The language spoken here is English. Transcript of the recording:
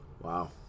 Wow